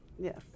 Yes